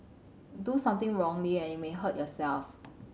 do something wrongly and you may hurt yourself